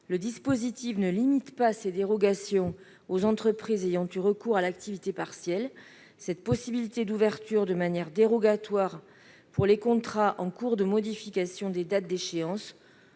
le dispositif ne limite pas ces dérogations aux entreprises ayant eu recours à l'activité partielle. Cette possibilité d'ouverture de manière dérogatoire pour les contrats en cours de modification des dates d'échéance